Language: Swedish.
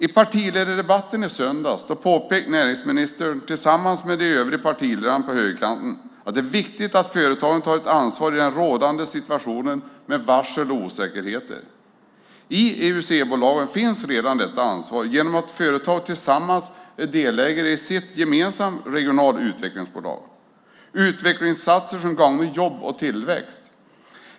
I partiledardebatten i söndags påpekade näringsministern, tillsammans med de övriga partiledarna på högerkanten, att det är viktigt att företagen tar ett ansvar i den rådande situationen med varsel och osäkerheter. I IUC-bolagen finns redan detta ansvar genom att företag tillsammans är delägare i sitt gemensamma regionala utvecklingsbolag med utvecklingsinsatser som gagnar jobb och tillväxt.